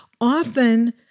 Often